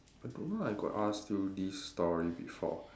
I don't know I got ask you this story before